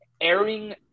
airing